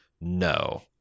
No